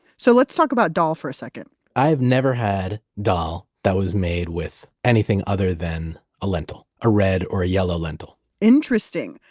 so let's talk about dal for a second i have never had dal that was made with anything other than a lentil, a red or a yellow lentil interesting.